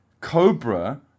cobra